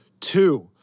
Two